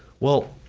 well,